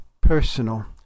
personal